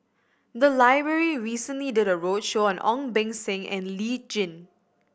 the library recently did a roadshow on Ong Beng Seng and Lee Tjin